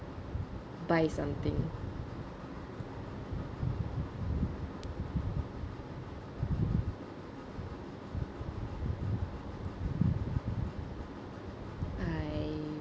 buy something I